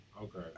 Okay